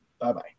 bye-bye